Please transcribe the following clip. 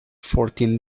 fourteen